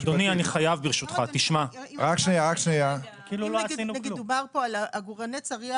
אם נגיד דובר פה על עגורני צריח